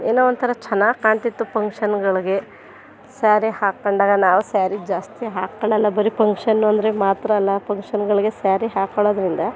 ಏನೋ ಒಂಥರ ಚೆನ್ನಾಗಿ ಕಾಣ್ತಿತ್ತು ಫಂಕ್ಷನ್ಗಳಿಗೆ ಸ್ಯಾರಿ ಹಾಕೊಂಡಾಗ ನಾವು ಸ್ಯಾರಿ ಜಾಸ್ತಿ ಹಾಕೊಳಲ್ಲ ಬರಿ ಪಂಕ್ಷನ್ನು ಅಂದರೆ ಮಾತ್ರ ಅಲ್ಲ ಫಂಕ್ಷನ್ಗಳಿಗೆ ಸ್ಯಾರಿ ಹಾಕೊಳ್ಳೋದ್ರಿಂದ